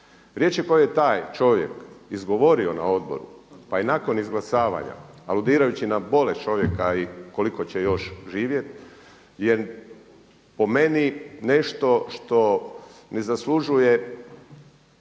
Riječi koje je taj čovjek izgovorio na odboru pa je nakon izglasavanja aludirajući na bolest čovjeka i koliko će još živjeti je po meni nešto što ne zaslužuje bilo